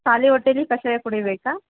ಖಾಲಿ ಹೊಟ್ಟೇಲಿ ಕಷಾಯ ಕುಡೀಬೇಕಾ